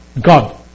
God